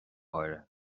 háirithe